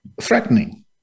threatening